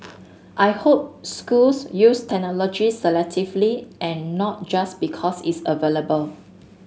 I hope schools use technology selectively and not just because it's available